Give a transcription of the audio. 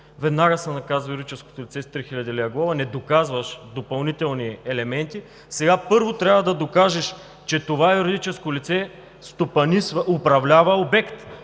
веднага наказваш юридическото лице с 3000 лв. глоба, не доказваш допълнителни елементи. Сега първо трябва да докажеш, че това юридическо лице стопанисва, управлява обект.